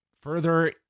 further